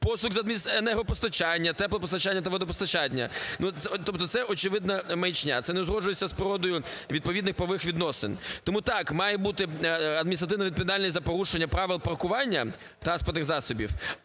послуг з енергопостачання, теплопостачання та водопостачання. Тобто це очевидна маячня, це не узгоджується з природою відповідних правових відносин. Тому, так, має бути адміністративна відповідальність за порушення правил паркування транспортних засобів,